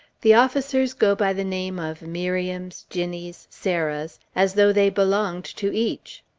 the officers go by the name of miriam's, ginnie's, sarah's, as though they belonged to each!